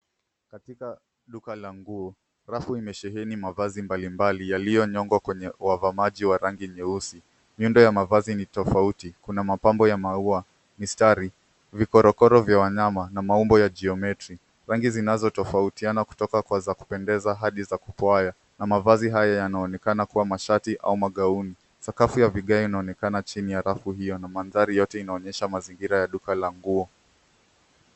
Katika duka la nguo, rafu imesheheni mavazi mbalimbali yaliyonyongwa kwenye wavamaji wa rangi nyeusi. Miundo ya mavazi ni tofauti. Kuna mapambo ya maua, mistari, vikorokoro vya wanyama na maumbo ya jiometri rangi tofautiana kutoka kwa za kupendeza hadi za kupwaya na mavazi haya yanaonekana kuwa mashati au magauni. Sakafu ya vigae inaonekana chini ya rafu hiyo na madhari yote inaonyesha mazingira ya duka la nguo.